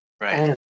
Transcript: Right